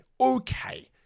Okay